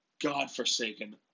godforsaken